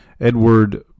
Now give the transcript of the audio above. Edward